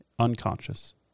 unconscious